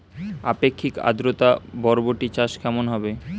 আপেক্ষিক আদ্রতা বরবটি চাষ কেমন হবে?